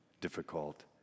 difficult